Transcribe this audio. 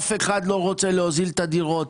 אף אחד לא רוצה להוזיל את הדירות,